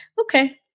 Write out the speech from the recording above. Okay